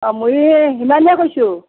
অঁ মই হিমানীয়ে কৈছোঁ